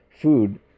food